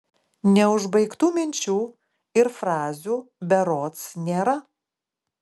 neužbaigtų minčių ir frazių berods nėra